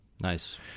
nice